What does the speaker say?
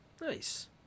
Nice